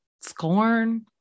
scorn